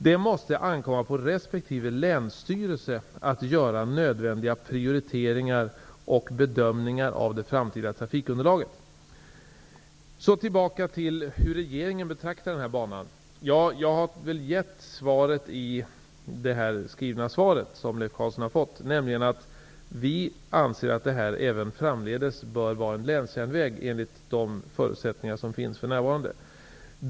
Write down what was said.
Det måste ankomma på resp. länsstyrelse att göra nödvändiga prioriteringar och bedömningar av det framtida trafikunderlaget.'' Tillbaka till hur regeringen betraktar denna bana. Jag har framfört regeringens åsikter i det skrivna svar som Leif Carlson har fått. Vi anser att banan även framdeles bör vara en länsjärnväg enligt de förutsättningar som finns för närvarande.